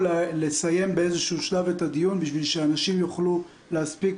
לסיים באיזשהו שלב את הדיון כדי שאנשים יוכלו להספיק